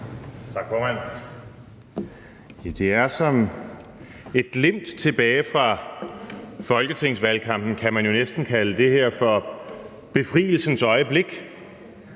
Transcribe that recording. Tak, formand. Det er som et glimt tilbage fra folketingsvalgkampen; man kan jo næsten kalde det her for befrielsens øjeblik,